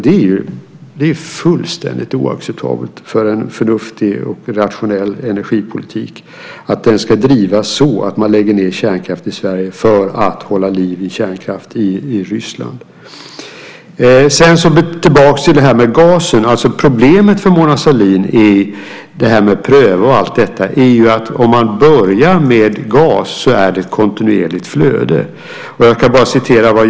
Det är fullständigt oacceptabelt för en förnuftig och rationell energipolitik att den ska drivas på ett sådant sätt att man lägger ned kärnkraftverk i Sverige för att hålla liv i kärnkraftverk i Ryssland. Jag ska gå tillbaka till detta med gas. Problemet för Mona Sahlin när det handlar om att pröva och så vidare är att om man börjar med gas så är det ett kontinuerligt flöde.